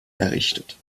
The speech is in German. errichtet